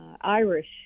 Irish